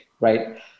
Right